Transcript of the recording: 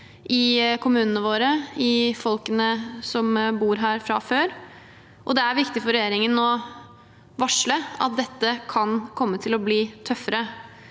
i kommunene våre og i folkene som bor her fra før. Det er viktig for regjeringen å varsle at dette kan komme til å bli tøffere